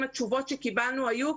התשובות שקיבלנו היו,